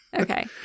okay